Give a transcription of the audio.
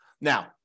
Now